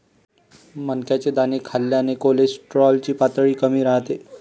मक्याचे दाणे खाल्ल्याने कोलेस्टेरॉल ची पातळी कमी राहते